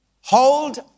hold